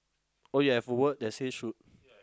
oh ya I've a word that say shoot